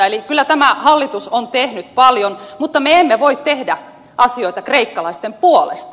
eli kyllä tämä hallitus on tehnyt paljon mutta me emme voi tehdä asioita kreikkalaisten puolesta